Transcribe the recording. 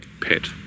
pet